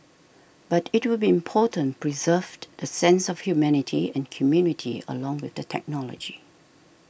but it will be important preserve the sense of humanity and community along with the technology